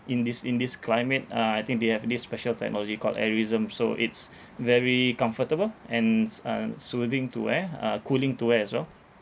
in this in this climate uh I think they have this special technology called airism so it's very comfortable and s~ uh soothing to wear uh cooling to wear as well